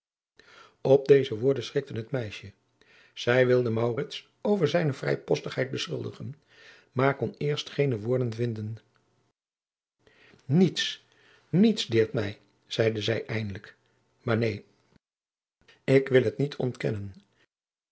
op deze woorden schrikte het meisje zij wilde maurits over zijne vrijpostigheid beschuldigen maar kon eerst geene woorden vinden niets niets deert mij zeide zij eindelijk maar neen ik wil het niet ontkennen